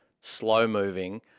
slow-moving